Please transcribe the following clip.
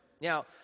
Now